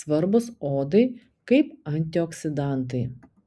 svarbūs odai kaip antioksidantai